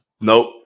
Nope